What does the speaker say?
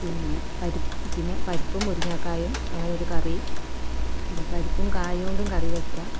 പിന്നെ പിന്നെ പരിപ്പും മുരിങ്ങാക്കായും അങ്ങനൊരു കറി പിന്നെ പരിപ്പും കായകൊണ്ടും കറി വയ്ക്കാം